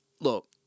look